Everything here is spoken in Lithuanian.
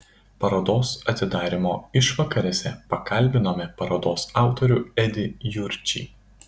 parodos atidarymo išvakarėse pakalbinome parodos autorių edį jurčį